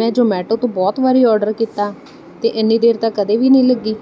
ਮੈਂ ਜੋਮੈਟੋ ਤੋਂ ਬਹੁਤ ਵਾਰੀ ਆਰਡਰ ਕੀਤਾ ਅਤੇ ਇੰਨੀ ਦੇਰ ਤਾਂ ਕਦੇ ਵੀ ਨਹੀਂ ਲੱਗੀ